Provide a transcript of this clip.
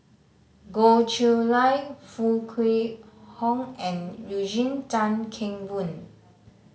Goh Chiew Lye Foo Kwee Horng and Eugene Tan Kheng Boon